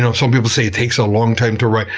um some people say it takes a long time to write,